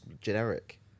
generic